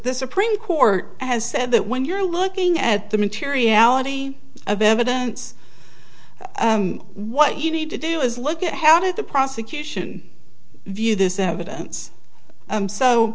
the supreme court has said that when you're looking at the materiality of evidence what you need to do is look at how did the prosecution view this evidence